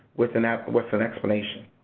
with an with an explanation.